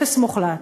אפס מוחלט.